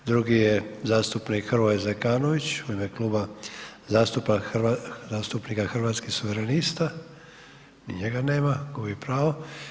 Drugi je zastupnik Hrvoje Zekanović u ime Kluba zastupnika Hrvatskih suverenista, ni njega nema, gubi pravo.